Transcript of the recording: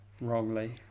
Wrongly